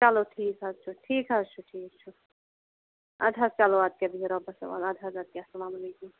چلو ٹھیٖک حظ چھُ ٹھیٖک حظ چھُ ٹھیٖک چھُ اَدٕ حظ چلو اَدٕ کیاہ بِہو رۄبَس حوالہٕ اَدٕ حظ اَدٕ کیاہ اَسلامُ علیکُم